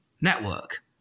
network